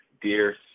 dear